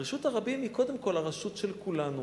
רשות הרבים היא קודם כול הרשות של כולנו,